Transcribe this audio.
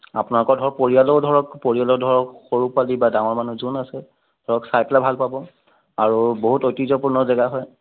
আপোনালোকৰ ধৰক পৰিয়ালৰ ধৰক পৰিয়ালৰ ধৰক সৰু পৰা যিবা ডাঙৰ মানুহ যোন আছে ধৰক চাই পেলাই ভাল পাব আৰু বহুত ঐতিহ্য়পূৰ্ণ জেগা হয়